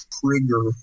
trigger